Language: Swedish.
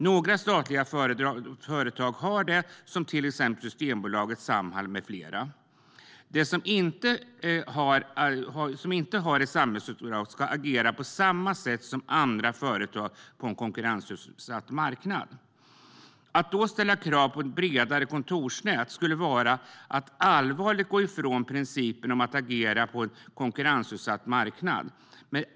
Några statliga företag har det, till exempel Systembolaget, Samhall med flera. De som inte har ett samhällsuppdrag ska agera på samma sätt som andra företag på en konkurrensutsatt marknad. Att ställa krav på ett bredare kontorsnät skulle vara att gå ifrån principen om att agera på en konkurrensutsatt marknad.